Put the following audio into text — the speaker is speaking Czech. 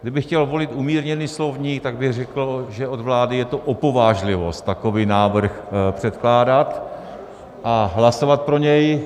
Kdybych chtěl volit umírněný slovník, tak bych řekl, že od vlády je to opovážlivost takový návrh předkládat a hlasovat pro něj.